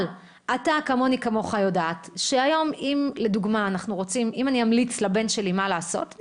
אבל אנחנו יודעים שהיום אם לדוגמה אני אמליץ לבן שלי מה לעשות,